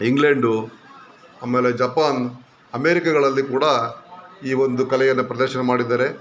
England ಆಮೇಲೆ Japan ಅಮೇರಿಕಗಳಲ್ಲಿ ಕೂಡ ಈ ಒಂದು ಕಲೆಯನ್ನು ಪ್ರದರ್ಶನ ಮಾಡಿದ್ದಾರೆ